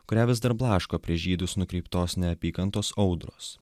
kurią vis dar blaško prieš žydus nukreiptos neapykantos audros